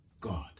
God